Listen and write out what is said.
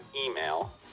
email